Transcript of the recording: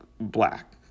black